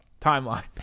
timeline